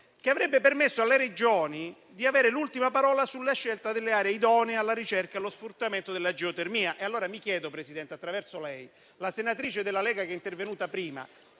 che avrebbe permesso alle Regioni di avere l'ultima parola sulla scelta delle aree idonee alla ricerca e allo sfruttamento della geotermia. Sempre per il suo tramite, signor Presidente, mi rivolgo alla senatrice della Lega che è intervenuta prima.